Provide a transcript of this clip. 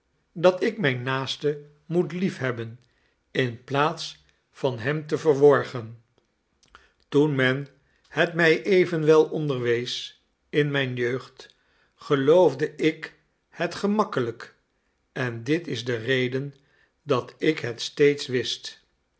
dat ik mijn naaste moet liefhebben in plaats van hem te verworgen toen men het mij evenwel onderwees in mijn jeugd geloofde ik het gemakkelijk en dit is de reden dat ik het steeds wist